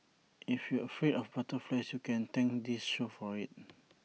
if you're afraid of butterflies you can thank this show for IT